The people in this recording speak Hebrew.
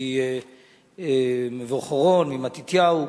ממבוא-חורון, ממתתיהו.